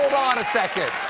on a second.